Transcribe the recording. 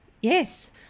Yes